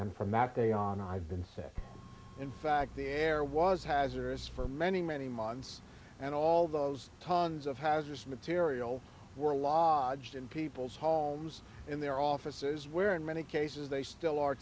m from that day on i've been set in fact the air was hazaras for many many months and all those tons of hazardous material were lodged in people's homes in their offices where in many cases they still are